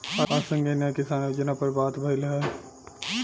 आज संघीय न्याय किसान योजना पर बात भईल ह